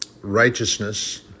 righteousness